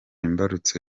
imbarutso